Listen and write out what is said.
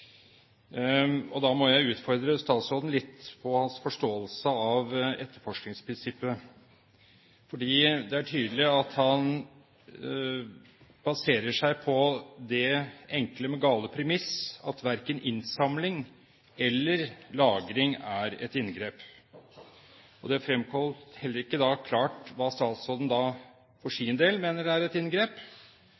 dag. Da må jeg utfordre statsråden på hans forståelse av etterforskningsprinsippet, for det er tydelig at han baserer seg på det enkle, men gale premiss at verken innsamling eller lagring er et inngrep. Det fremkom heller ikke klart hva statsråden for